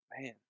Man